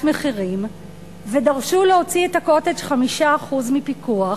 מחירים ודרשו להוציא את ה"קוטג'" 5% מפיקוח,